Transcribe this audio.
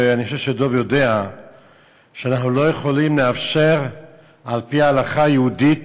ואני חושב שדב יודע שאנחנו לא יכולים לאפשר על-פי ההלכה היהודית